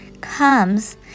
comes